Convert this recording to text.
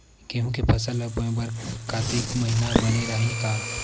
गेहूं के फसल ल बोय बर कातिक महिना बने रहि का?